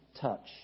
touch